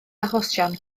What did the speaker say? achosion